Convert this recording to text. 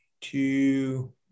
two